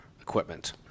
equipment